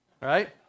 right